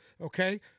okay